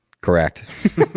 correct